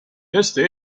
este